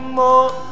more